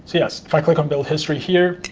yes, if i click on build history here,